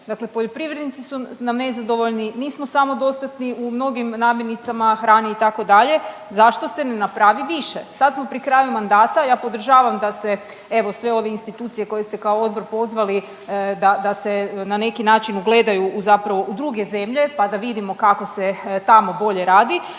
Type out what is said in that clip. dakle poljoprivrednici su nam nezadovoljni, nismo samodostatni u mnogim namirnicama hrane itd., zašto se ne napravi više? Sad smo pri kraju mandata, ja podržavam da se evo sve ove institucije koje ste kao odbor pozvali da, da se na neki način ugledaju u zapravo u druge zemlje, pa da vidimo kako se tamo bolje radi,